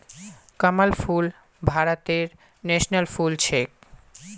कमल फूल भारतेर नेशनल फुल छिके